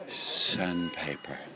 sandpaper